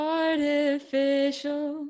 artificial